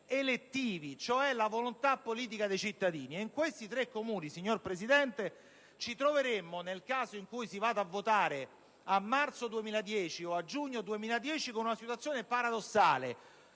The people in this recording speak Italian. elettivi, cioè la volontà politica dei cittadini. E in questi tre Comuni, signor Presidente, ci troveremmo, nel caso in cui si andasse a votare a marzo 2010 o a giugno 2010, in una situazione paradossale: